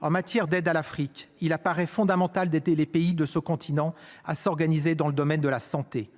en matière d'aide à l'Afrique, il apparaît fondamental d'été, les pays de ce continent à s'organiser dans le domaine de la santé